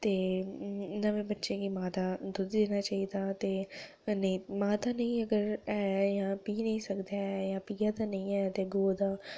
ते नमें बच्चे गी मां दा दुद्ध देना चाहिदा ते कन्नै मां दा नेई ऐ जां पी नेई सकदा ऐ जां पीआ दा नेई ऐ ते गौ दा दुद्ध